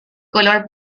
color